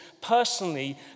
personally